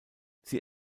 sie